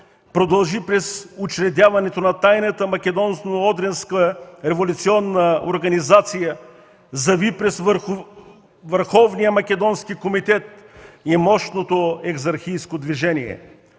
продължи през учредяването на тайната Македонско-одринска революционна организация, зави през върховния Македонски комитет и мощното екзархийско движение.